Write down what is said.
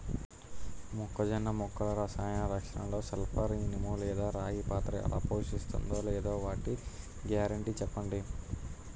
మొక్కజొన్న మొక్కల రసాయన రక్షణలో సల్పర్, ఇనుము లేదా రాగి పాత్ర ఎలా పోషిస్తుందో లేదా వాటి గ్యారంటీ చెప్పండి